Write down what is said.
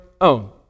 own